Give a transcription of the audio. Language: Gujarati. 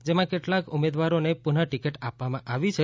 જેમાં કેટલાક ઉમેદવારોને પૂનઃ ટિકિટ આપવામાં આવી છે